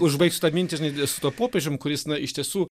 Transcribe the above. užbaigsiu tą mintį žinai su tuo popiežium kuris na iš tiesų